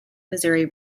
missouri